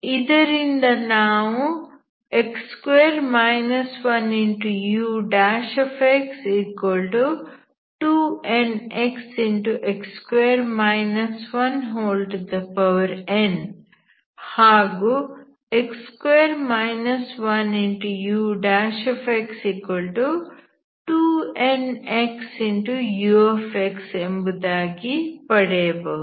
ಇದರಿಂದ ನಾವು x2 1u2nxx2 1n ಹಾಗೂ x2 1ux2nxu ಎಂಬುದಾಗಿ ಪಡೆಯಬಹುದು